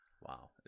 Wow